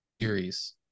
series